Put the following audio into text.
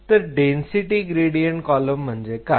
तर density gradient column म्हणजे काय